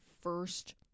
first